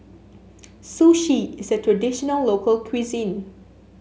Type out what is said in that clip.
Sushi is a traditional local cuisine